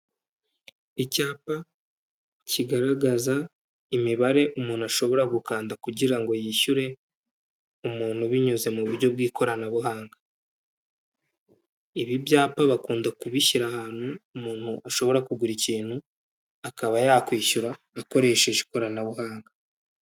Icyapa kigaragaza imibare umuntu ashobora gukanda kugira ngo yishyure umuntu binyuze mu buryo bw'ikoranabuhanga. Ibi byapa bakunda kubishyira ahantu umuntu ashobora kugura ikintu akaba yakwishyura akoresheje ikoranabuhanga.